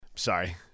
sorry